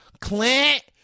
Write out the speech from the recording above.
Clint